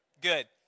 Good